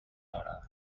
hora